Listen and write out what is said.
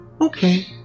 Okay